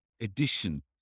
edition